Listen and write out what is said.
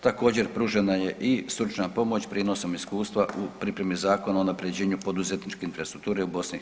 Također pružena je i stručna pomoć prijenosom iskustva u pripremi Zakona o unaprjeđenju poduzetničke infrastrukture u BiH.